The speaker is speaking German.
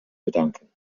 bedanken